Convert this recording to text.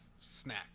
snack